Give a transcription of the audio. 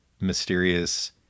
mysterious